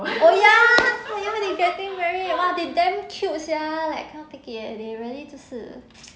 oh ya oh ya they are getting married !wah! they damn cute sia like can't take it leh they really 就是